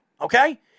okay